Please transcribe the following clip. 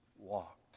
Walked